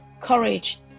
courage